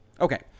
Okay